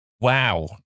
Wow